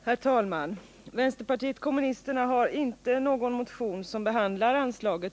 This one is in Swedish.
Herr talman!